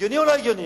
הגיוני או לא הגיוני?